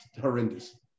horrendous